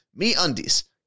MeUndies